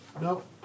Nope